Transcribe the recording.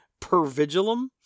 Pervigilum